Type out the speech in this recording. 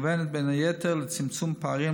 המכוונת בין היתר לצמצום פערים,